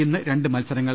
ഇന്ന് രണ്ട് മത്സരങ്ങൾ